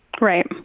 right